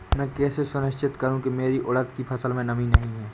मैं कैसे सुनिश्चित करूँ की मेरी उड़द की फसल में नमी नहीं है?